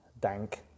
dank